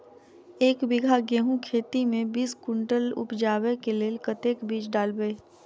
एक बीघा गेंहूँ खेती मे बीस कुनटल उपजाबै केँ लेल कतेक बीज डालबै?